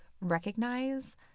recognize